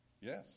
yes